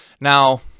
Now